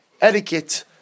Etiquette